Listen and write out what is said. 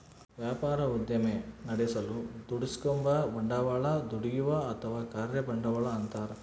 ವ್ಯಾಪಾರ ಉದ್ದಿಮೆ ನಡೆಸಲು ದುಡಿಸಿಕೆಂಬ ಬಂಡವಾಳ ದುಡಿಯುವ ಅಥವಾ ಕಾರ್ಯ ಬಂಡವಾಳ ಅಂತಾರ